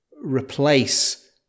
replace